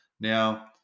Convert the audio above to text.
Now